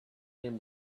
him